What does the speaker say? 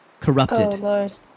corrupted